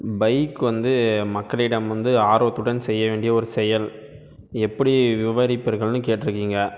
bike வந்து மக்களிடம் வந்து ஆர்வத்துடன் செய்ய வேண்டிய ஒரு செயல் எப்படி விவரிப்பீர்கள்னு கேட்டிருக்கீங்க